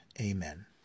Amen